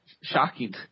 Shocking